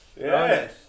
Yes